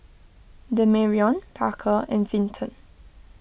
Demarion Parker and Vinton